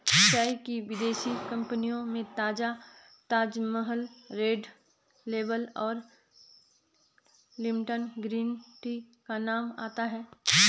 चाय की विदेशी कंपनियों में ताजा ताजमहल रेड लेबल और लिपटन ग्रीन टी का नाम आता है